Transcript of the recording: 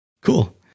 Cool